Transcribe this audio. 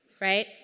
right